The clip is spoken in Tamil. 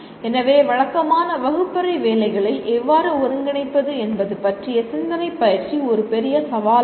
எனவே வழக்கமான வகுப்பறை வேலைகளை எவ்வாறு ஒருங்கிணைப்பது என்பது பற்றிய சிந்தனைப் பயிற்சி ஒரு பெரிய சவாலாகும்